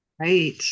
Right